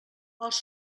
els